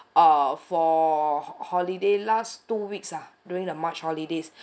uh for holiday last two weeks ah during the march holidays